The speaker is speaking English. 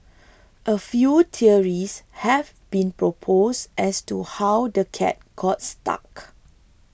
a few theories have been proposed as to how the cat got stuck